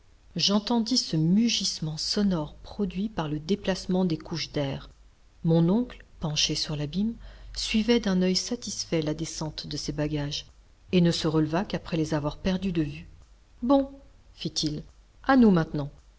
j'entendis ce mugissement sonore produit par le déplacement des couches d'air mon oncle penché sur l'abîme suivait d'un oeil satisfait la descente de ses bagages et ne se releva qu'après les avoir perdus de vue bon fit-il a nous maintenant